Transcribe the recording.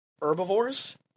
herbivores